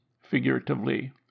figuratively